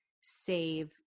save